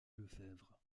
lefèvre